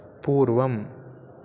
पूर्वम्